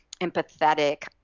empathetic